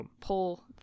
pull